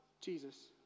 Jesus